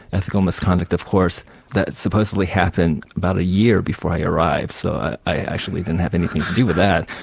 ethical misconduct of course that supposedly happened about a year before i arrived, so i i actually didn't have anything to do with that.